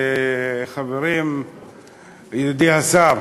גברתי היושבת-ראש, חברים, ידידי השר,